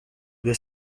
due